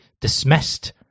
dismissed